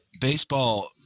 baseball